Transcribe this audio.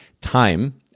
Time